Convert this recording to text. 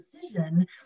decision